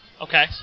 Okay